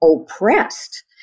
oppressed